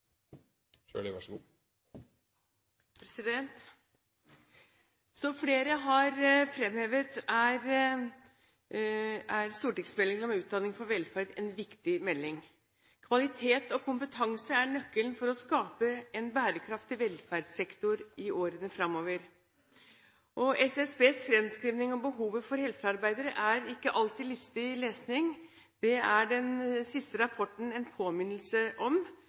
stortingsmeldingen om utdanning for velferd en viktig melding. Kvalitet og kompetanse er nøkkelen for å skape en bærekraftig velferdssektor i årene fremover. SSBs fremskrivninger om behovet for helsearbeidere er ikke alltid lystig lesning. Det er den siste rapporten en påminnelse om,